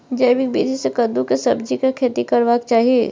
जैविक विधी से कद्दु के सब्जीक खेती करबाक चाही?